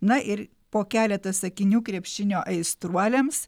na ir po keletą sakinių krepšinio aistruoliams